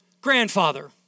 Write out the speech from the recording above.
grandfather